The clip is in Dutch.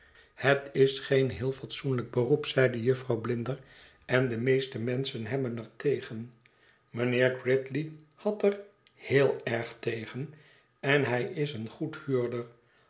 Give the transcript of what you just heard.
het is geen heel fatsoenlijk beroep zeide jufvrouw blinder en de meeste menschen hebben er tegen mijnheer gridley had er heel erg tegen en hij is een